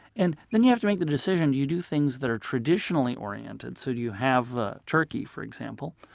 and then you have to make the decision do you do things that are traditionally oriented so do you have ah turkey, for example